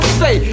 say